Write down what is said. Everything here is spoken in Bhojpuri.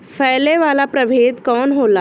फैले वाला प्रभेद कौन होला?